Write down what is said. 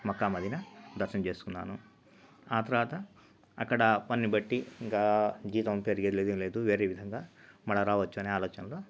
మక్కా Medina దర్శనం చేసుకున్నాను తర్వాత అక్కడ పని బట్టి ఇంకా జీతం పెరిగేది లేదు ఏమి లేదు వేరే విధంగా మళ్ళీ రావచ్చని ఆలోచనలో